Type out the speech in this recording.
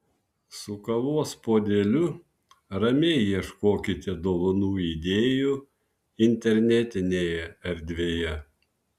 su kavos puodeliu ramiai ieškokite dovanų idėjų internetinėje erdvėje